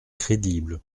crédible